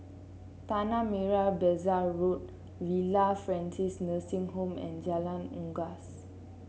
Tanah Merah Besar Road Villa Francis Nursing Home and Jalan Unggas